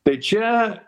tai čia